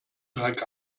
dreck